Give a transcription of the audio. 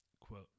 Quote